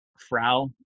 Frau